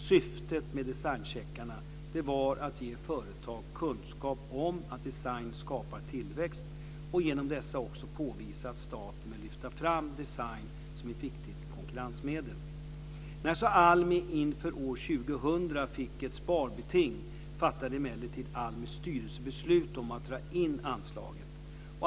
Syftet med designcheckarna var att ge företag kunskap om att design skapar tillväxt och genom dessa också påvisa att staten vill lyfta fram design som ett viktigt konkurrensmedel. När så AL MI inför år 2000 fick ett sparbeting, fattade emellertid ALMI:s styrelse beslut om att dra in anslaget.